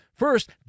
First